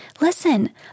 Listen